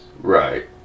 Right